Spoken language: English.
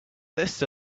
this